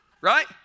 Right